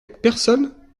personne